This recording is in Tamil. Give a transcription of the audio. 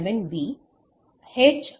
11 B எச்